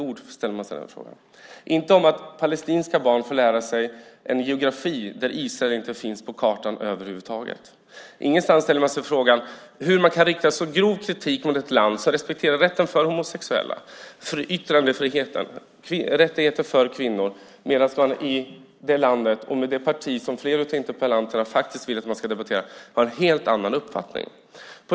Det sägs inte ett ord om att palestinska barn får lära sig en geografi där Israel över huvud taget inte finns på kartan. Ingenstans ställer man sig frågan hur man kan rikta så grov kritik mot ett land som respekterar rätten för homosexuella, yttrandefriheten och kvinnors rättigheter, medan man i det land och det parti som flera av interpellanterna vill att man ska debattera har en helt annan uppfattning.